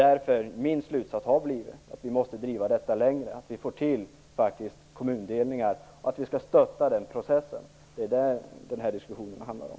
Därför har min slutsats blivit att vi måste driva detta längre, att vi måste få till stånd kommundelningar och att vi skall stötta den processen. Det är det som den här diskussionen handlar om.